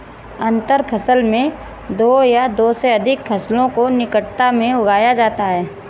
अंतर फसल में दो या दो से अघिक फसलों को निकटता में उगाया जाता है